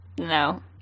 No